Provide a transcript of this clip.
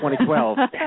2012